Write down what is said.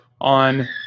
on